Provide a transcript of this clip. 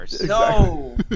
No